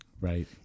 Right